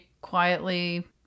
quietly